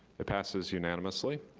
it passes unanimously.